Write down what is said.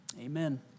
Amen